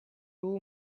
two